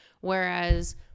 Whereas